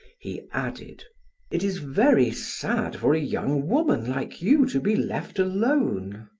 he added it is very sad for a young woman like you to be left alone.